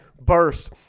burst